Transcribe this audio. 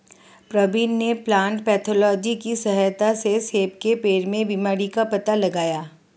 प्रवीण ने plant pathology की सहायता से सेब के पेड़ में बीमारी का पता लगाया